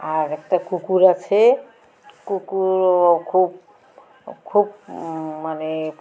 আর একটা কুকুর আছে কুকুরও খুব খুব মানে